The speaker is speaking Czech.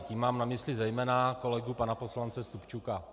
Tím mám na mysli zejména kolegu pana poslance Stupčuka.